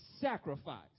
sacrifice